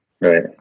Right